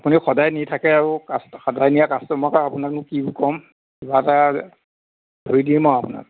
আপুনি সদায় নি থাকে আৰু কাচ সদায় নিয়া কাষ্টমাৰৰ পৰা আপোনাকনো কি ক'ম কিবা এটা ধৰি দিম আৰু আপোনাক